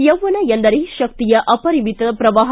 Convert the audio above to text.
ಯೌವನ ಎಂದರೆ ಶಕ್ತಿಯ ಅಪರಿಮಿತ ಶ್ರವಾಹ